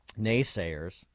naysayers